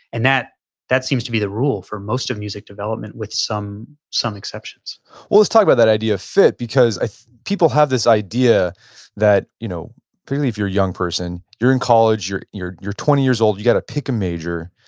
and that that seems to be the rule for most of music development with some some exceptions well, let's talk about that idea of fit because people have this idea that, you know clearly if you're a young person, you're in college, you're you're twenty years old. you've got to pick a major.